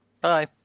bye